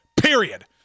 Period